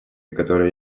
которые